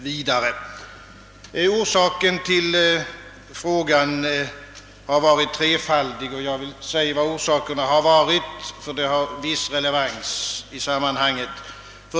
Orsakerna till att jag framställde frågan var tre, och jag vill kortfattat ange dessa, då det har viss relevans i sammanhanget.